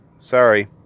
Sorry